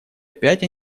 опять